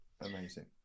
Amazing